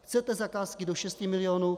Chcete zakázky do 6 milionů?